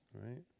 right